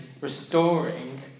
restoring